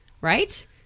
Right